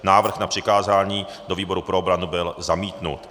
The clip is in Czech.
Návrh na přikázání do výboru pro obranu byl zamítnut.